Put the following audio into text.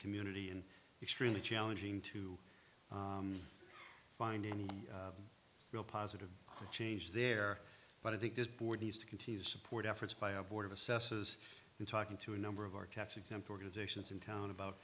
community and extremely challenging to find any real positive change there but i think this board needs to continue to support efforts by a board of assesses in talking to a number of our tax exempt organizations in town about